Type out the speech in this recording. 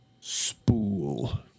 Spool